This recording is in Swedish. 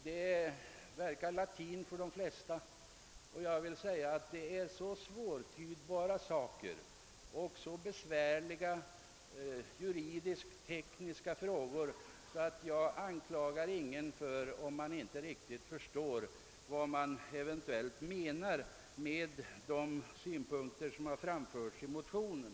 Det låter som latin för de flesta, och det rör sig också om så svårtydbara och besvärliga juridisk-tekniska frågor att jag inte anklagar någon, om han inte riktigt förstår vad som eventuellt menas på vissa punkter i motionen.